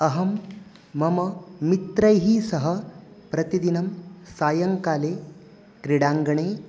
अहं मम मित्रैः सह प्रतिदिनं सायङ्काले क्रीडाङ्गणे